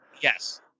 Yes